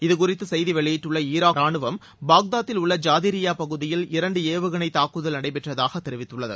இதுகுறித்து செய்தி வெளியிட்டுள்ள ஈராக் ராணுவம் பாக்தாத்தில் உள்ள ஜாதிரியா பகுதியில் இரண்டு ஏவுகணை தாக்குதல்கள் நடைபெற்றதாக தெரிவித்துள்ளது